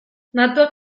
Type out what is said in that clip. datuak